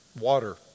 Water